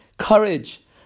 Courage